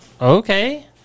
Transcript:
Okay